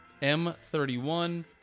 M31